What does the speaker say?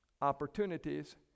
opportunities